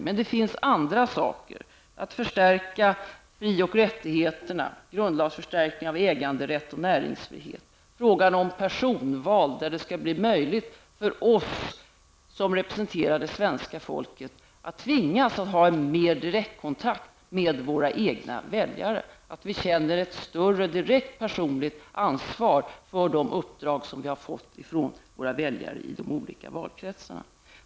Men det finns annat såsom t.ex. att förstärka fri och rättigheterna, grundlagsförstärkning av äganderätt och näringsfrihet, frågan om personval, där det skulle bli möjligt att tvinga oss som representerar svenska folket att ha en mer direkt kontakt med våra egna väljare, så att vi känner ett större direkt personligt ansvar för de uppdrag vi har fått från väljarna i valkretsarna.